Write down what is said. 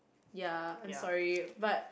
ya I'm sorry but